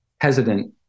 hesitant